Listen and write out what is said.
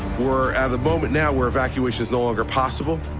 we're at the moment now where evacuation is no longer possible,